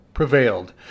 Prevailed